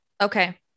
Okay